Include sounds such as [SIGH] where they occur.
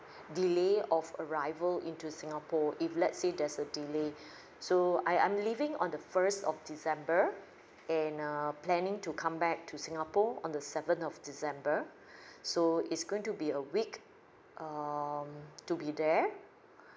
delay of arrival into singapore so if let's say there's a delay [BREATH] so I I'm leaving on the first of december and err planning to come back to singapore on the seventh of december [BREATH] so it's going to be a week um to be there